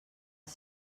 els